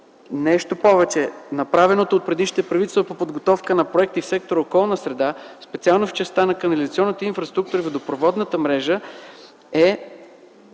Нещо повече, направеното от предишното правителство по подготовка на проекти в сектор „Околна среда”, специално в частта на канализационната инфраструктура и водопроводната мрежа, е